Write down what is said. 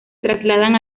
trasladan